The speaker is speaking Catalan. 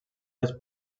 les